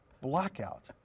blackout